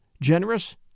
generous